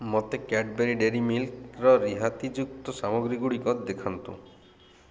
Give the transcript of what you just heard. ମୋତେ Cadbury dairy ମିଲ୍କ୍ର ରିହାତିଯୁକ୍ତ ସାମଗ୍ରୀଗୁଡ଼ିକ ଦେଖାନ୍ତୁ